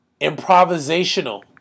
improvisational